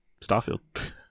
Starfield